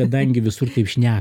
kadangi visur taip šneka